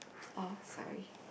oh sorry